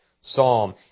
psalm